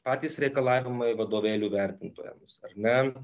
patys reikalavimai vadovėlių vertintojams ar ne